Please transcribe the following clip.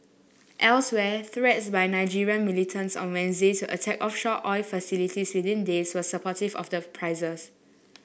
elsewhere threats by Nigerian militants on Wednesday to attack offshore oil facilities within days were supportive of prices